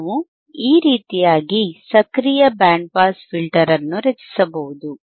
ನಾವು ಈ ರೀತಿಯಾಗಿ ಸಕ್ರಿಯ ಬ್ಯಾಂಡ್ ಪಾಸ್ ಫಿಲ್ಟರ್ ಅನ್ನು ರಚಿಸಬಹುದು